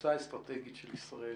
שכתפיסה האסטרטגית של ישראל,